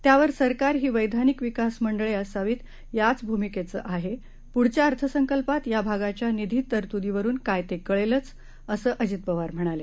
त्यावर सरकार ही वैधानिक विकास मंडळे असावीत याच भूमिकेचं आहे पुढच्या अर्थसंकल्पात या भागाच्या निधी तरतुदीवरून काय ते कळलेच असं अजित पवार म्हणाले